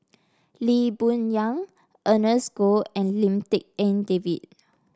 Lee Boon Yang Ernest Goh and Lim Tik En David